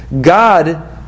God